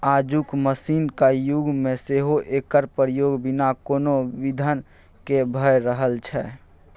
आजुक मशीनक युग मे सेहो एकर प्रयोग बिना कोनो बिघ्न केँ भ रहल छै